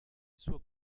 suo